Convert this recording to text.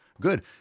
good